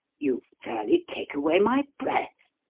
you fairly take away my breath.